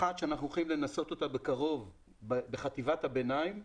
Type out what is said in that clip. אחת שאנחנו הולכים לנסות אותה בקרוב בחטיבת הביניים,